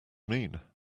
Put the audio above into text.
mean